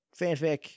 fanfic